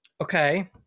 Okay